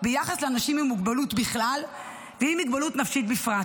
ביחס לאנשים עם מוגבלות בכלל ועם מוגבלות נפשית בפרט.